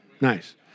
Nice